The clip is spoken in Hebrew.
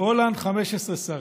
הולנד, 15 שרים,